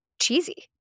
cheesy